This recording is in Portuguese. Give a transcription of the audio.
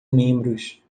membros